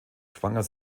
schwanger